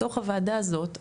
בתוך הוועדה הזאת,